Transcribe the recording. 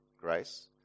grace